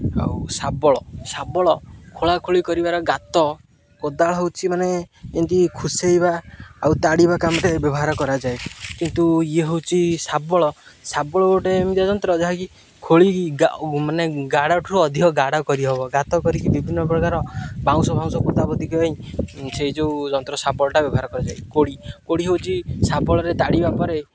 ଆଉ ଶାବଳ ଶାବଳ ଖୋଳା ଖୋଳି କରିବାରେ ଗାତ କୋଦାଳ ହେଉଛି ମାନେ ଏମିତି ଖୁସେଇବା ଆଉ ତାଡ଼ିବା କାମରେ ବ୍ୟବହାର କରାଯାଏ କିନ୍ତୁ ଇଏ ହେଉଛି ଶାବଳ ଶାବଳ ଗୋଟେ ଏମିତି ଯନ୍ତ୍ର ଯାହାକି ଖୋଳି ମାନେ ଗାଢ଼ଠୁ ଅଧିକ ଗାଢ଼ କରିହେବ ଗାତ କରିକି ବିଭିନ୍ନପ୍ରକାର ବାଉଁଶ ଫାଉଁଶ ପୋତାପୋତି ପାଇଁ ସେହି ଯେଉଁ ଯନ୍ତ୍ର ଶାବଳଟା ବ୍ୟବହାର କରାଯାଏ କୋଡ଼ି କୋଡ଼ି ହେଉଛି ଶାବଳରେ ତାଡ଼ିବା ପରେ